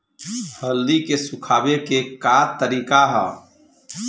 हल्दी के सुखावे के का तरीका ह?